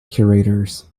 curators